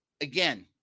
again